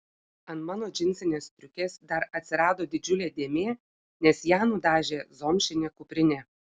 ant mano džinsinės striukės dar atsirado didžiulė dėmė nes ją nudažė zomšinė kuprinė